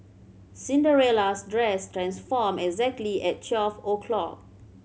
Cinderella's dress transformed exactly at twelve o'clock